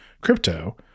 crypto